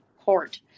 court